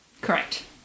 correct